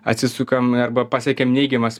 atsisukam arba pasiekiam neigiamas